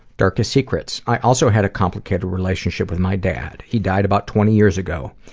darkest secrets, i also had a complicated relationship with my dad. he died about twenty years ago.